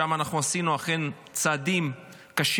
שם אנחנו אכן עשינו צעדים קשים,